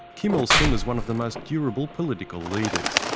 kim il-sung is one of the most durable political leaders.